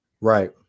Right